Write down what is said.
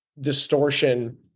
distortion